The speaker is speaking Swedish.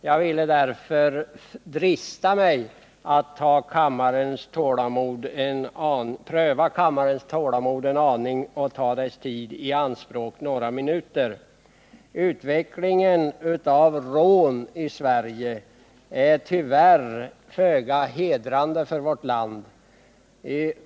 Jag dristar mig därför att pröva kammarens tålamod en aning och ta dess tid i anspråk några minuter. Utvecklingen av antalet rån i Sverige är tyvärr föga hedrande för vårt land.